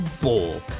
ball